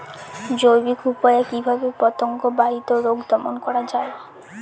জৈবিক উপায়ে কিভাবে পতঙ্গ বাহিত রোগ দমন করা যায়?